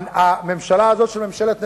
הממשלה הזאת, ממשלת נתניהו,